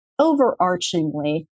overarchingly